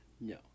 No